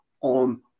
on